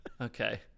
Okay